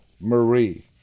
Marie